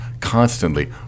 constantly